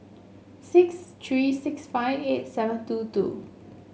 six three six five eight seven two two